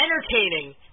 entertaining